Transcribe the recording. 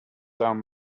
down